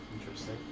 Interesting